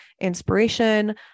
inspiration